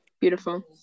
Beautiful